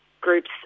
groups